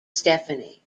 stephanie